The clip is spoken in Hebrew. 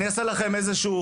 אני אשאל אתכם שאלה,